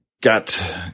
Got